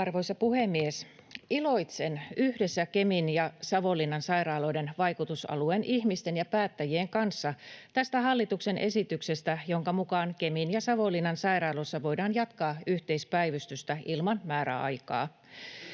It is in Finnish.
Arvoisa puhemies! Iloitsen yhdessä Kemin ja Savonlinnan sairaaloiden vaikutusalueen ihmisten ja päättäjien kanssa tästä hallituksen esityksestä, jonka mukaan Kemin ja Savonlinnan sairaaloissa voidaan jatkaa yhteispäivystystä ilman määräaikaa.